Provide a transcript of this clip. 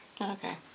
Okay